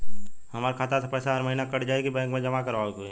हमार खाता से पैसा हर महीना कट जायी की बैंक मे जमा करवाए के होई?